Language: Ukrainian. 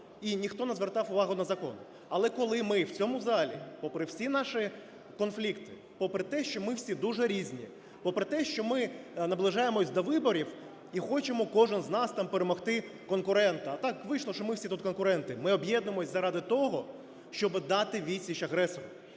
і ніхто не звертав увагу на закон. Але коли ми в цьому залі попри всі наші конфлікти, попри те, що ми всі дуже різні, попри те, що ми наближаємося до виборів і хочемо кожен з нас там перемогти конкурента, а так вийшло, що ми всі тут конкуренти, ми об'єднуємося заради того, щоби дати відсіч агресору.